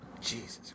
Jesus